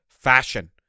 Fashion